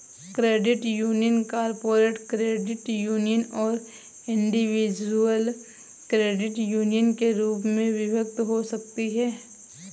credit union corporate credit union और individual credit union के रूप में विभक्त हो सकती हैं